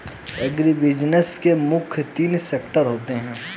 agribusiness में मुख्य तीन सेक्टर होते है